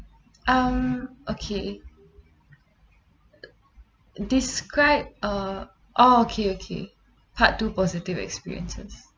um okay describe uh oh okay okay part two positive experiences